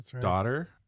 daughter